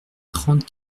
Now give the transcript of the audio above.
trente